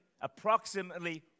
approximately